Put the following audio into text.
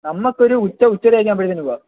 നമുക്കൊരു ഉച്ച ഉച്ചര കഴിഞ്ഞു അപ്പോഴത്തേനും പോവാം